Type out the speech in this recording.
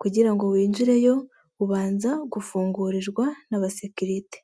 kugira ngo winjireyo ubanza gufungurirwa n'abasekirite.